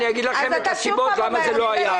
אני אגיד לכם את הסיבות למה זה לא היה עד היום.